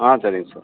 ஆ சரிங்க சார்